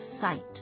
Sight